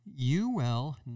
UL